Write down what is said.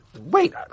Wait